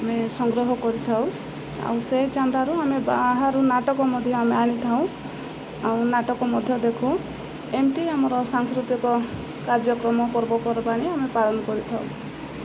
ଆମେ ସଂଗ୍ରହ କରିଥାଉ ଆଉ ସେଇ ଚାନ୍ଦାରୁ ଆମେ ବାହାରୁ ନାଟକ ମଧ୍ୟ ଆମେ ଆଣିଥାଉ ଆଉ ନାଟକ ମଧ୍ୟ ଦେଖୁ ଏମିତି ଆମର ସାଂସ୍କୃତିକ କାର୍ଯ୍ୟକ୍ରମ ପର୍ବପର୍ବାଣୀ ଆମେ ପାଳନ କରିଥାଉ